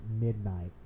midnight